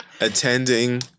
Attending